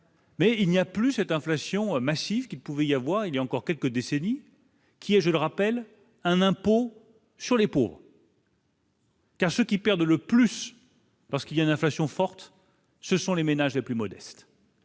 Mais il n'y a plus cette inflation massive qu'il pouvait y avoir, il y a encore quelques décennies, qui est, je le rappelle, un impôt sur les pour. Car ceux qui perdent le plus, parce qu'il y a une inflation forte, ce sont les ménages les plus modestes